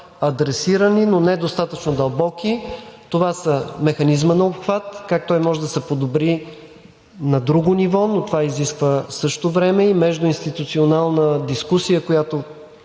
адресирани, но не са достатъчно дълбоки. Това са механизмът на обхват – как може да се подобри на друго ниво, но в същото време това изисква и междуинституционална дискусия, която